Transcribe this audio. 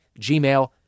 gmail